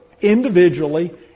individually